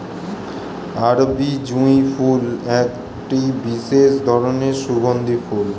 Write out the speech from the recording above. আরবি জুঁই ফুল একটি বিশেষ ধরনের সুগন্ধি ফুল